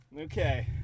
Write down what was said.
Okay